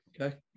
okay